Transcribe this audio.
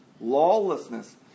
lawlessness